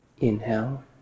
inhale